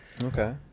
Okay